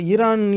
Iran